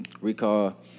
recall